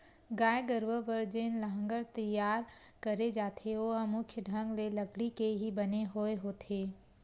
गाय गरुवा बर जेन लांहगर तियार करे जाथे ओहा मुख्य ढंग ले लकड़ी के ही बने होय होथे